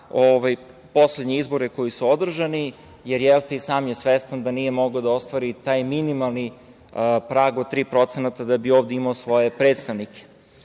poslednje izbore koji su održani, jer, jelte, i sam je svestan da nije mogao da ostvari ni taj minimalni prag od 3% da bi ovde imao svoje predstavnike. Ono